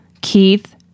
Keith